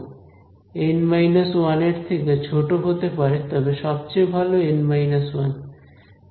N 1 এর থেকে ছোট হতে পারে তবে সবচেয়ে ভালো N 1